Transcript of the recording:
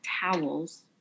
towels